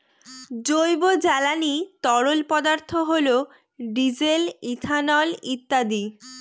জৈব জ্বালানি তরল পদার্থ হল ডিজেল, ইথানল ইত্যাদি